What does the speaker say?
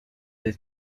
des